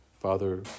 Father